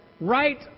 right